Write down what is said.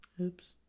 Oops